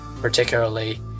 particularly